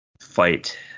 fight